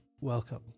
welcome